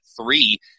three